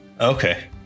okay